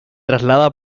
traslada